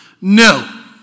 No